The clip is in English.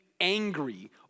angry